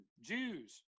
Jews